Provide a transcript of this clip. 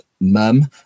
mum